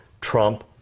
Trump